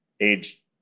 age